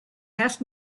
asked